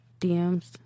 DMs